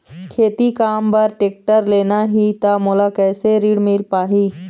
खेती काम बर टेक्टर लेना ही त मोला कैसे ऋण मिल पाही?